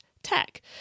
Tech